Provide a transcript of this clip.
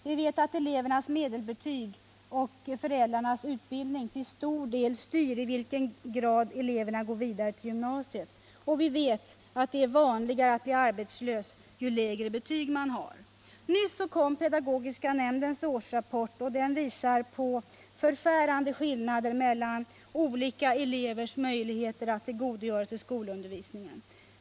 Vi vet att elevernas medelbetyg och föräldrarnas utbildning till stor del styr i vilken utsträckning eleverna går vidare till gymnasiet. Vi vet att det är vanligare att man blir arbetslös, ju lägre betyg man har. Nyss kom pedagogiska nämndens årsrapport, och den visar på förfärande skillnader mellan olika elevers möjligheter att tillgodogöra sig skolundervisningen.